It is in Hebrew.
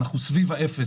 אנחנו סביב האפס.